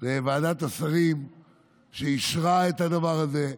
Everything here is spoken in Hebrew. לוועדת השרים שאישרה את הדבר הזה,